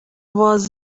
was